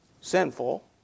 sinful